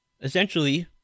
Essentially